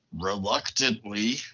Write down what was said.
Reluctantly